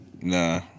Nah